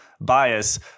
bias